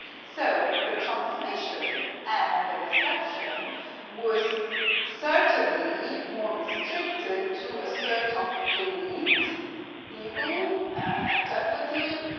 so the transmission and the reception was certainly more restricted to a sort of elite people and definitely,